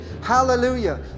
hallelujah